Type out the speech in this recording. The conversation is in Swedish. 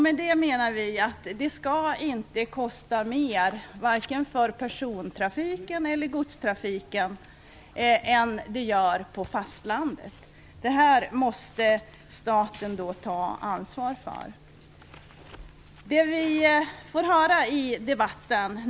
Med det menar vi att det inte skall kosta mer för vare sig persontrafiken eller godstrafiken än det gör på fastlandet. Staten måste ta ansvar för detta.